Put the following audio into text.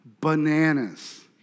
bananas